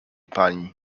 pani